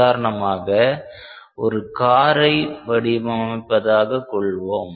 உதாரணமாக ஒரு காரை வடிவமைப்பதாக கொள்வோம்